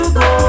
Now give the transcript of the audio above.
go